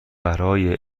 برای